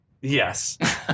Yes